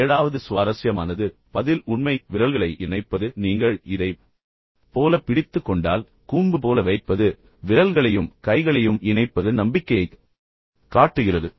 ஏழாவது ஒன்று மீண்டும் சுவாரஸ்யமானது பதில் உண்மை விரல்களை இணைப்பது நீங்கள் இதைப் போல பிடித்துக் கொண்டால் கூம்பு போல வைப்பது விரல்களையும் கைகளையும் இணைப்பது நம்பிக்கையைக் காட்டுகிறது